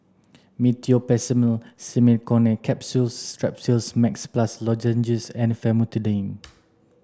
Meteospasmyl Simeticone Capsules Strepsils Max Plus Lozenges and Famotidine